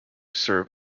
serve